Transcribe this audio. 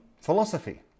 philosophy